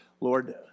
Lord